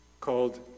called